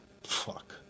Fuck